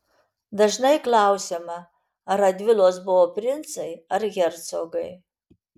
dažnai klausiama ar radvilos buvo princai ar hercogai